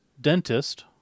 Dentist